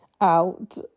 out